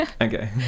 Okay